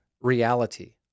reality